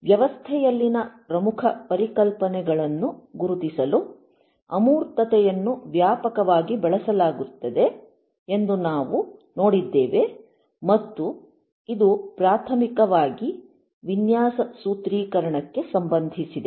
ವ್ಯವಸ್ಥೆಯಲ್ಲಿನ ಪ್ರಮುಖ ಪರಿಕಲ್ಪನೆಗಳನ್ನು ಗುರುತಿಸಲು ಅಮೂರ್ತತೆಯನ್ನು ವ್ಯಾಪಕವಾಗಿ ಬಳಸಲಾಗುತ್ತದೆ ಎಂದು ನಾವು ನೋಡಿದ್ದೇವೆ ಮತ್ತು ಇದು ಪ್ರಾಥಮಿಕವಾಗಿ ವಿನ್ಯಾಸ ಸೂತ್ರೀಕರಣಕ್ಕೆ ಸಂಬಂಧಿಸಿದೆ